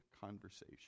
conversation